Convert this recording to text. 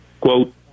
quote